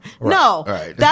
No